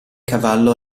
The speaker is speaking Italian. cavallo